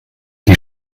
die